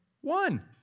One